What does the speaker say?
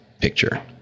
picture